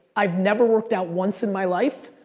i've never worked out once in my life,